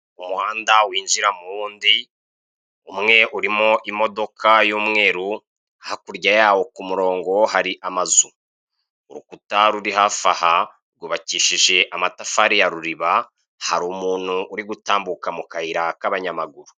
Umuhanda winjira mu wundi umwe urimo imodoka y'umweru, hakurya yawo ku murongo hara amazu, urukuta ruri hafi aha rwubakishije amatafari ya ruriba hari umuntu uri gutambuka mu kayira k'abanyamaguru.